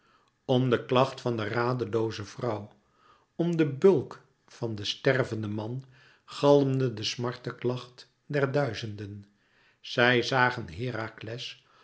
om de klacht van de radelooze vrouwe om den bulk van den stervenden man galmde de smarteklacht der duizenden zij zagen herakles